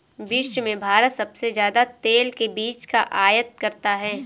विश्व में भारत सबसे ज्यादा तेल के बीज का आयत करता है